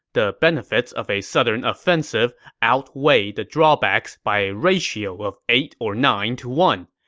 the benefits of a southern offensive outweigh the drawbacks by a ratio of eight or nine to one,